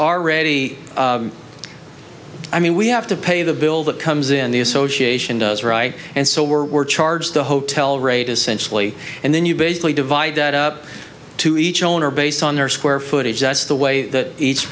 already i mean we have to pay the bill that comes in the association does right and so we're charged the hotel rate essentially and then you basically divide that up to each owner based on their square footage just the way that each